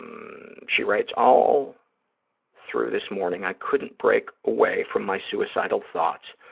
um she writes, all through this morning i couldn't break away from my suicidal thoughts,